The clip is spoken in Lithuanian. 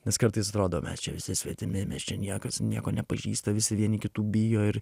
nes kartais atrodo mes čia visi svetimi mes čia niekas nieko nepažįsta visi vieni kitų bijo ir